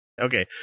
okay